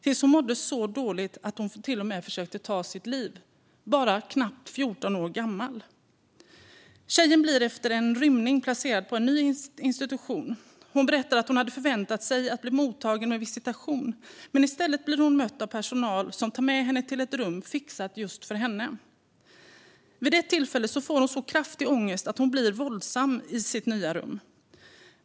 Till slut mådde hon så dåligt att hon till och med försökte ta sitt liv, bara knappt 14 år gammal. Tjejen blir efter en rymning placerad på en ny institution. Hon berättar att hon hade förväntat sig att bli mottagen med visitation, men i stället blir hon mött av personal som tar med henne till ett rum fixat just för henne. Vid ett tillfälle får hon så kraftig ångest att hon blir våldsam i sitt nya rum.